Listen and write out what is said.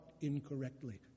incorrectly